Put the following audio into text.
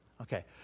Okay